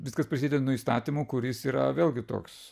viskas prasideda nuo įstatymo kuris yra vėlgi toks